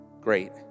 Great